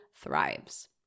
thrives